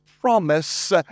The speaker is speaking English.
promise